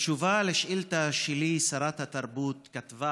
בתשובה על שאילתה שלי שרת התרבות כתבה